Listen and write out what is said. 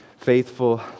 Faithful